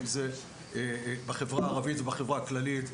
אם זה בחברה הערבית ובחברה הכללית,